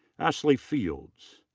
ashlie fields.